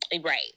Right